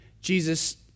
Jesus